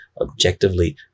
objectively